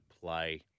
play